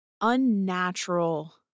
unnatural